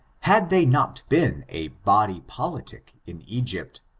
had they not been a body politic in egypt,